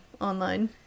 online